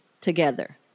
together